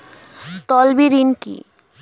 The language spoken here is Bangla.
তলবি ঋন কি?